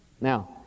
Now